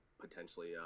potentially